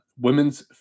Women's